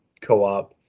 Co-op